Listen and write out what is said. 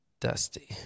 Dusty